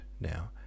now